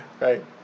right